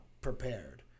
prepared